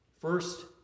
First